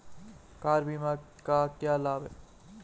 Car बीमा का क्या लाभ है?